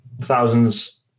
thousands